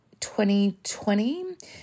2020